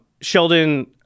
Sheldon